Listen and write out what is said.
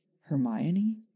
Hermione